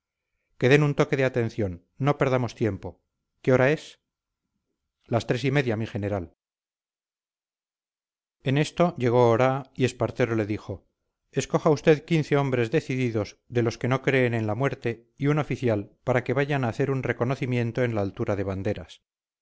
que den un toque de atención no perdamos tiempo qué hora es las tres y media mi general en esto llegó oraa y espartero le dijo escoja usted quince hombres decididos de los que no creen en la muerte y un oficial para que vayan a hacer un reconocimiento en la altura de banderas